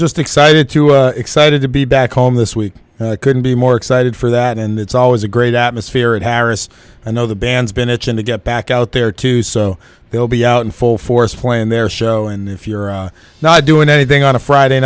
just excited too excited to be back home this week and i couldn't be more excited for that and it's always a great atmosphere and harris and other bands been itching to get back out there too so they'll be out in full force playing their show and if you're not doing anything on a friday